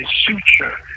suture